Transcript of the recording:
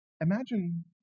Imagine